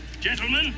gentlemen